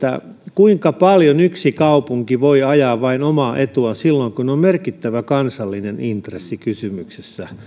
kuinka paljon yksi kaupunki voi ajaa vain omaa etuaan silloin kun on merkittävä kansallinen intressi kysymyksessä